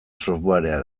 softwarea